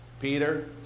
Peter